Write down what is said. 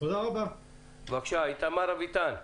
איתמר אביטן,